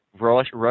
rush